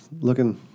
looking